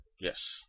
Yes